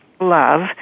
love